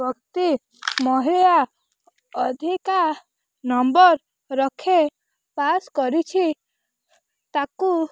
ବ୍ୟକ୍ତି ମହିଳା ଅଧିକା ନମ୍ବର ରଖେ ପାସ କରିଛି ତାକୁ